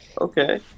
Okay